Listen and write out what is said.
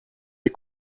des